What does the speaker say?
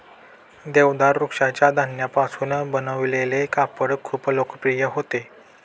देवदार वृक्षाच्या धाग्यांपासून बनवलेले कापड खूप लोकप्रिय होते